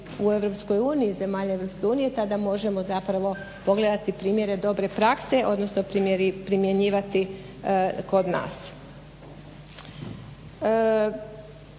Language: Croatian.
u EU, zemalje EU tada možemo zapravo pogledati primjere dobre prakse, odnosno primjenjivati kod nas.